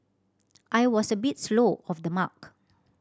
I was a bit slow off the mark